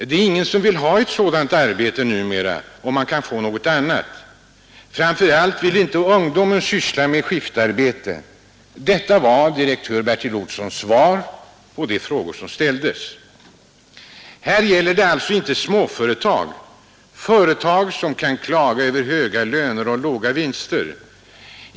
Det är ingen som vill ha ett sådant arbete numera, om han kan få något annat. Framför allt vill inte ungdomen syssla med skiftarbete. Detta var direktör Bertil Olssons svar på de frågor som ställdes. Här gäller det alltså inte småföretag, som kan klaga över höga löner och låga vinster.